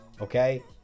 okay